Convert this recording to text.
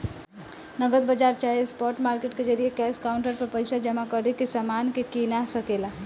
नगद बाजार चाहे स्पॉट मार्केट के जरिये कैश काउंटर पर पइसा जमा करके समान के कीना सके ला